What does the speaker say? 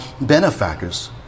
benefactors